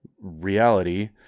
reality